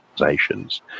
organizations